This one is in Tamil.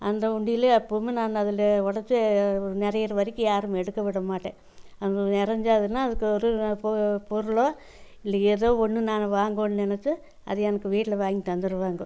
அந்த உண்டியல்லே எப்பவுமே நான் அதில் உடச்சி நிறையிற வரைக்கும் யாரும் எடுக்க விடமாட்டேன் அது நிறஞ்சதுனா அது பொருளோ இல்லை எதோ ஒன்று நாங்கள் வாங்கனுன்னு நினச்சா அது எங்கள் வீட்டில வாங்கி தந்துருவாங்க